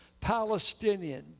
Palestinian